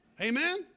Amen